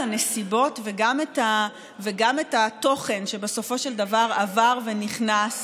הנסיבות וגם את התוכן שבסופו של דבר עבר ונכנס